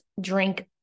drink